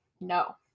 No